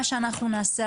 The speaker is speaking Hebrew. מה שאנחנו נעשה,